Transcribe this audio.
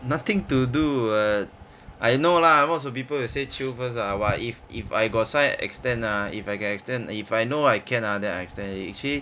nothing to do [what] I know lah lots of people will say chill first lah !wah! if if I got sign extend ah if I can extend if I know I can ah then I extend already actually